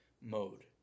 Mode